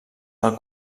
del